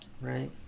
Right